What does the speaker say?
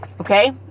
Okay